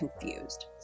confused